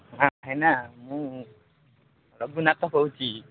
ହାଁ ଭାଇନା ମୁଁ ରଘୁନାଥ କହୁଛି